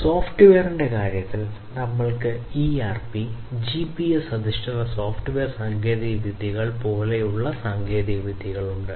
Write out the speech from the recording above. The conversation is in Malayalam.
സോഫ്റ്റ്വെയറിന്റെ കാര്യത്തിൽ നമ്മൾക്ക് ഇആർപി ജിപിഎസ് അധിഷ്ഠിത സോഫ്റ്റ്വെയർ സാങ്കേതികവിദ്യകൾ പോലുള്ള സാങ്കേതികവിദ്യകളുണ്ട്